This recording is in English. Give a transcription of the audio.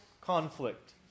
conflict